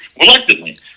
reluctantly